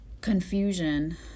confusion